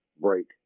break